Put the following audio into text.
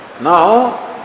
Now